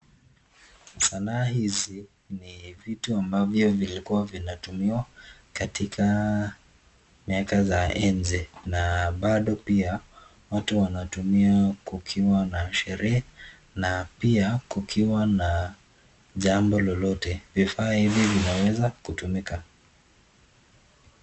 Sanaa hizi ni vitu ambavyo vilikuwa vinatumiwa katika miaka za enzi na bado pia watu wanatumia kukiwa na sherehe na pia kukiwa na jambo lolote. Vifaa hivi vinaweza kutumika .